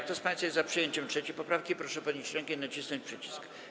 Kto z państwa jest za przyjęciem 3. poprawki, proszę podnieść rękę i nacisnąć przycisk.